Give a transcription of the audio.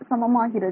சமமாகிறது